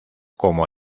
como